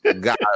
God